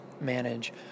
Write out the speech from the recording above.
manage